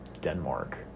Denmark